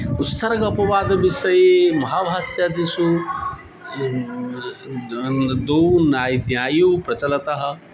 उपसर्गः अपवादविषये महाभाष्यादिषु द्वौ नायिद्यायौ प्रचलतः